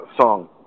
song